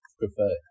prefer